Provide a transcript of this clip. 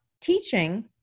teaching